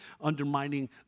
undermining